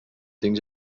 tinc